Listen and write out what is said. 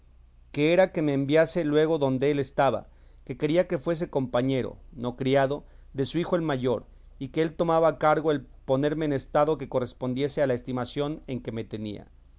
que era que me enviase luego donde él estaba que quería que fuese compañero no criado de su hijo el mayor y que él tomaba a cargo el ponerme en estado que correspondiese a la estimación en que me tenía